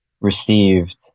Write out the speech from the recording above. received